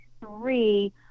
three